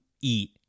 eat